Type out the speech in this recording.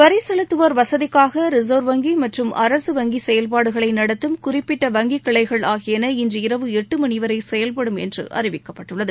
வரி செலுத்துவோர் வசதிக்காக ரிச்வ் வங்கி மற்றும் அரசு வங்கி செயல்பாடுகளை நடத்தும் குறிப்பிட்ட வங்கி கிளைகள் ஆகியன இன்று இரவு எட்டு மணிவரை செயல்படும் என்று அறிவிக்கப்பட்டுள்ளது